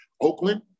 Oakland